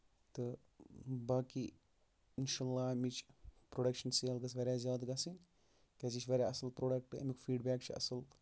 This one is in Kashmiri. تہٕ باقٕے انشا اللہ اَمِچ پروڈَکشن سیل گٔژھۍ واریاہ زیادٕ گَژھنۍ کیازِ یہِ چھُ واریاہ اَصٕل پروڈکَٹ اَمیُک فیٖڈ بیک چھُ اَصٕل